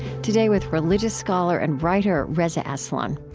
today with religious scholar and writer, reza aslan.